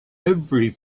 every